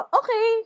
okay